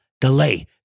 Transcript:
delay